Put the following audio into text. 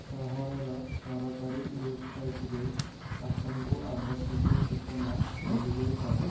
ସହରର ସରକାରୀ ୱେବସାଇଟରେ ଆପଣଙ୍କୁ ଆବଶ୍ୟକୀୟ ସୂଚନା ମିଳିଯାଇପାରେ